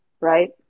right